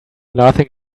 laughing